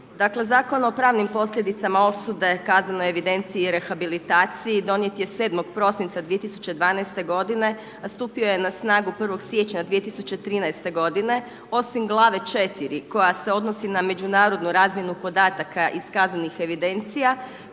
Zakon o pravnim posljedicama osude kaznene evidencije i rehabilitaciji donijet je 7. prosinca 2012. godine, a stupio je na snagu 1. siječnja 2013. godine osim glave 4 koja se odnosi na međunarodnu razmjenu podataka iz kaznenih evidencija